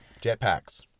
Jetpacks